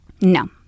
No